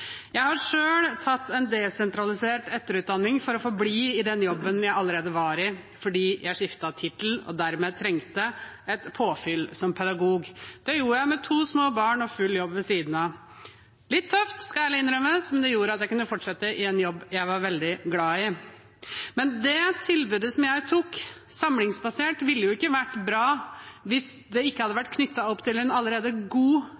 Jeg har selv tatt en desentralisert etterutdanning for å forbli i den jobben jeg allerede var i, fordi jeg skiftet tittel og dermed trengte et påfyll som pedagog. Det gjorde jeg med to små barn og full jobb ved siden av. Litt tøft, det skal jeg ærlig innrømme, men det gjorde at jeg kunne fortsette i en jobb jeg var veldig glad i. Men det tilbudet som jeg tok, samlingsbasert, ville ikke vært bra hvis det ikke hadde vært knyttet opp til en allerede god